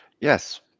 Yes